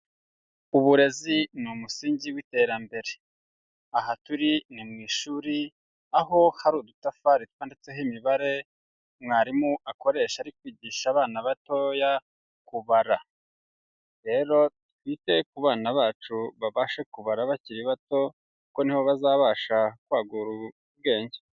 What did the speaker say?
Uburezi ni umusingi w'iterambere. Aha turi ni mu ishuri, aho hari udutafari twanditseho imibare mwarimu akoresha ari kwigisha abana batoya kubara. Rero twite ku bana bacu babashe kubara bakiri bato, kuko niho bazabasha kwagura ubwenge.